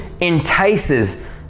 entices